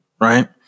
right